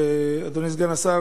אדוני סגן השר,